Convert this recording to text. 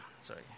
sorry